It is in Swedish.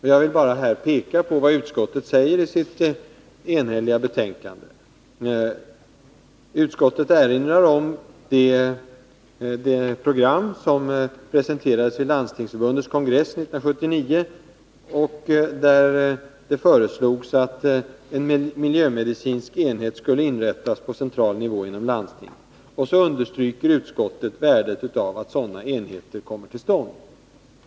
Jag vill här bara peka på vad utskottet säger i sitt enhälliga betänkande. Utskottet erinrar om det program som presenterades vid Landstingsförbundets kongress 1979, där det föreslogs att en miljömedicinsk enhet skulle inrättas på central nivå inom landstingen. Utskottet understryker värdet av att sådana enheter kommer till stånd.